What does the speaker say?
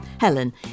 Helen